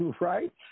Right